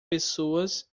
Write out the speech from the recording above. pessoas